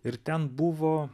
ir ten buvo